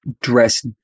dress –